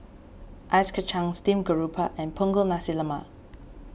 Ice Kachang Steamed Garoupa and Punggol Nasi Lemak